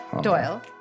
Doyle